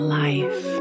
life